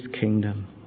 kingdom